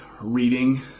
reading